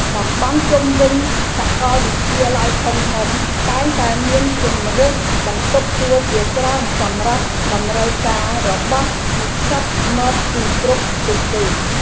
តំបន់ជុំវិញសាកលវិទ្យាល័យធំៗតែងតែមានជម្រើសបន្ទប់ជួលជាច្រើនសម្រាប់តម្រូវការរបស់និស្សិតមកពីគ្រប់ទិសទី។